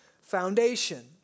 foundation